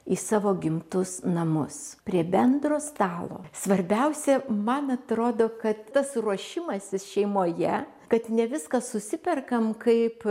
į savo gimtus namus prie bendro stalo svarbiausia man atrodo kad tas ruošimasis šeimoje kad ne viską susiperkam kaip